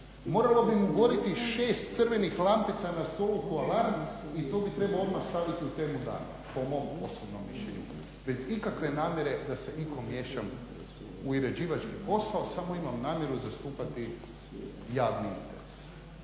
moralo bi gorjeti šest crvenih lampica na stolu kao alarm i to bi trebao odmah staviti u temu dama, po mom osobnom mišljenju bez ikakve namjere da se ikom miješam u uređivački posao, samo imam namjeru zastupati javni interes.